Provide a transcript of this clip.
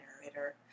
narrator